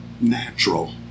Natural